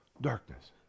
darkness